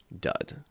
dud